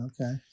Okay